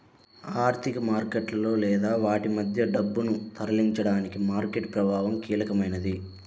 ఆర్థిక మార్కెట్లలో లేదా వాటి మధ్య డబ్బును తరలించడానికి మార్కెట్ ప్రభావం కీలకమైనది